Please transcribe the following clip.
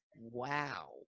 wow